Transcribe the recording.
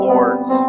Lords